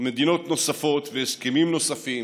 ומדינות נוספות ובהסכמים נוספים